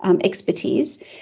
expertise